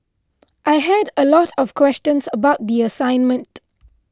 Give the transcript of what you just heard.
I had a lot of questions about the assignment